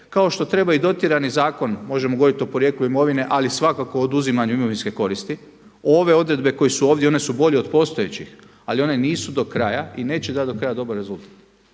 kao što treba i dotjerani zakon, možemo govoriti o porijeklu imovine, ali svakako oduzimanju imovinske koristi. Ove odredbe koje su ovdje one su bolje od postojećih ali one nisu do kraja i neće dati do kraja dobar rezultat.